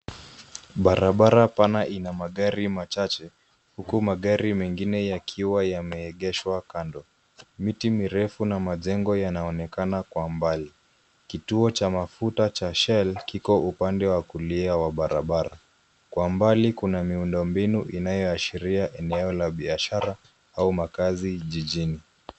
Barabara pana ina magari machache, huku magari mengine yakiwa yameegeshwa kando. Miti mirefu na majengo yanaonekana kwa mbali, kituo cha mafuta cha shell , kiko upande wa kulia wa barabara. Kwa mbali kuna miundo mbinu inayoashiria eneo la biashara, au makazi jijini.